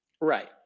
Right